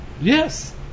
Yes